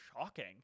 shocking